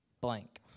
blank